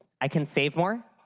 i can save more.